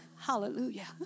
Hallelujah